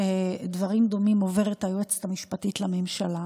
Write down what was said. שדברים דומים עוברת היועצת המשפטית לממשלה